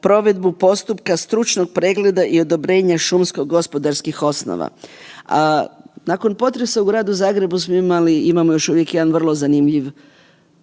provedbu postupka stručnog pregleda i odobrenja šumsko gospodarskih osnova. Nakon potresa u Gradu Zagrebu smo imali i imamo još uvijek jedan vrlo zanimljiv